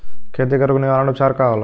खेती के रोग निवारण उपचार का होला?